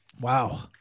Wow